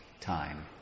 time